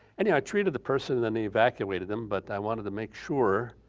anyway, i treated the person and then they evacuated them, but i wanted to make sure